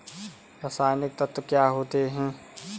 रसायनिक तत्व क्या होते हैं?